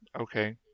Okay